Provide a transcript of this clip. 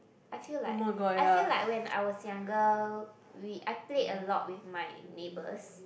I feel like I feel like when I was younger we I played a lot with my neighbours